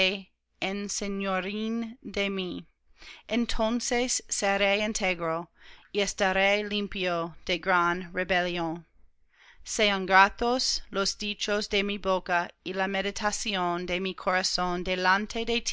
se enseñoreen de mí entonces seré íntegro y estaré limpio de gran rebelión sean gratos los dichos de mi boca y la meditación de mi corazón delante